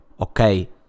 okay